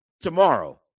tomorrow